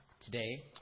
today